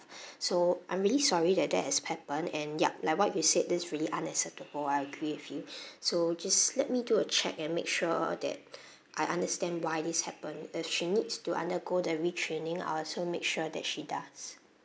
so I'm really sorry that that has happen and yup like what you said this is really unacceptable I agree with you so just let me do a check and make sure that I understand why this happened if she needs to undergo the retraining I'll also make sure that she does